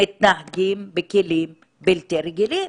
מתנהלים בכלים בלתי רגילים.